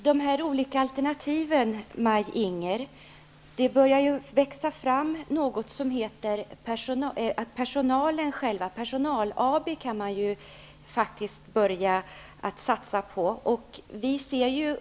Herr talman! Jag vill säga till Maj-Inger Klingvall att det börjar växa fram något som innebär att personalen själv kan börja satsa på egna aktiebolag.